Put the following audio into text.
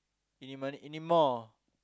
Eeny-meeney-miny-moe